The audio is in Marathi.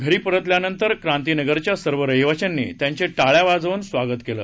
घरीपरतल्या नंतर क्रांतीनगरच्या सर्व रहिवाशांनी त्यांचे टाळ्या वाजवून स्वागत केलं